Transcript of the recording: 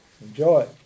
Enjoy